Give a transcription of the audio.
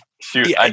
Shoot